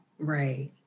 Right